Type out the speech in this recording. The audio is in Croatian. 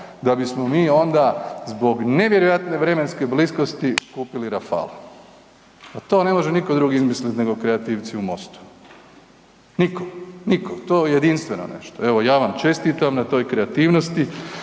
da bismo mi onda zbog nevjerojatne vremenske bliskosti kupili Rafal. Pa to ne može nitko drugi izmisliti nego kreativci u Mostu, niko, niko. To je jedinstveno nešto. Evo ja vam čestitam na toj kreativnosti,